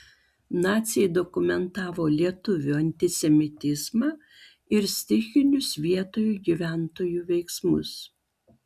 naciai dokumentavo lietuvių antisemitizmą ir stichinius vietinių gyventojų veiksmus